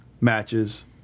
matches